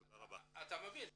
אנחנו נקיים פגישה,